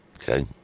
okay